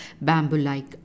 bamboo-like